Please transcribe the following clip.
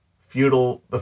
feudal